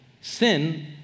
sin